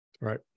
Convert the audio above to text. Right